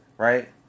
Right